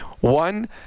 One